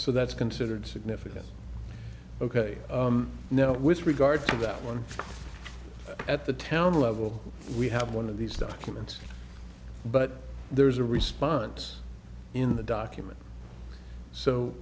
so that's considered significant ok now with regard to that one at the town level we have one of these documents but there's a response in the document so